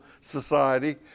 society